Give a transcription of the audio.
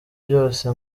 byose